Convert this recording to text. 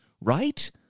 right